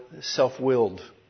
self-willed